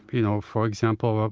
you know for example, ah